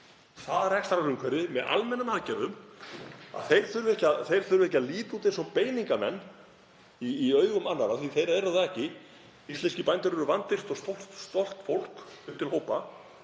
það rekstrarumhverfi með almennum aðgerðum að þeir þurfi ekki að líta út eins og beiningamenn í augum annarra, af því að þeir eru það ekki. Íslenskir bændur eru vandvirkt og stolt fólk upp til hópa